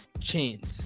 chains